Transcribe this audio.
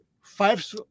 Five